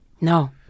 No